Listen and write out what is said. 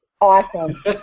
Awesome